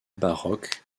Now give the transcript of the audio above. baroque